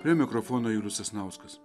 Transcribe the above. prie mikrofono julius sasnauskas